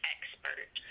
Expert